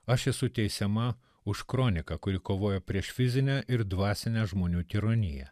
aš esu teisiama už kroniką kuri kovojo prieš fizinę ir dvasinę žmonių tironiją